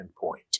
point